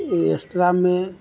स्ट्रामे